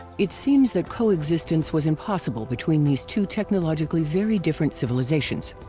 it seems that coexistence was impossible between these two technologically very different civilizations.